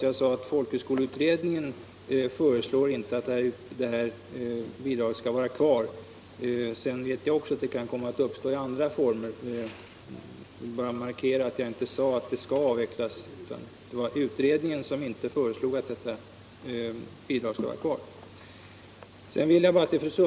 Jag sade att folkhögskoleutredningen inte föreslår att bidraget skall vara kvar. Sedan vet jag också att det kan komma att uppstå i andra former. Jag vill emellertid markera att jag inte sade att bidraget skall avvecklas.